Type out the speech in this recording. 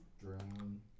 Drown